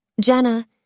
Jenna